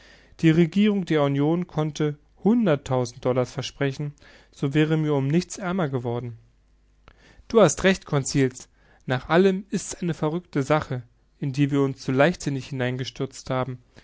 die regierung der union konnte hunderttausend dollars versprechen sie wäre um nichts ärmer geworden du hast recht conseil nach allem ist's eine verrückte sache in die wir uns zu leichtsinnig hineingestürzt haben